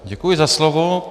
Děkuji za slovo.